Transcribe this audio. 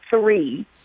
three